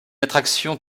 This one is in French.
attraction